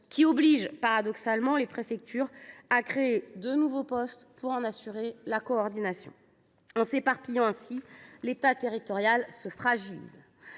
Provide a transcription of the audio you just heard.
qui oblige paradoxalement les préfectures à créer de nouveaux postes pour en assurer la coordination. En s’éparpillant ainsi, l’État territorial se fragilise.